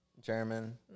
German